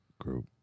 group